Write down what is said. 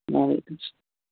وعلیکُم اَسلام